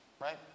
right